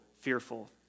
fearful